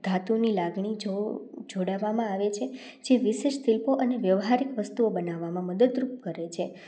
ધાતુની લાગણી જો જોડવામાં આવે છે જે વિશેષ શિલ્પો અને વ્યવહારિક વસ્તુઓ બનાવવામાં મદદરૂપ કરે છે